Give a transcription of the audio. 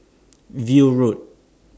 View Road